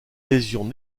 lésions